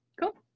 Cool